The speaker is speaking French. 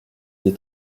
des